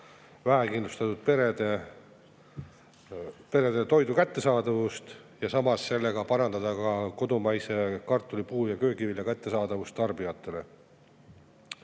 vähekindlustatud perede jaoks toidu kättesaadavust ja sellega parandada ka kodumaise kartuli, puu‑ ja köögivilja kättesaadavust tarbijatele.